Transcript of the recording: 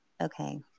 okay